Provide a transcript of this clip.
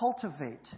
cultivate